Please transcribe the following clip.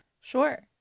Sure